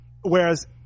whereas